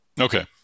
Okay